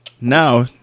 now